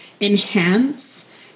enhance